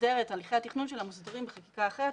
מוסדרים בחקיקה אחרת,